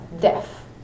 death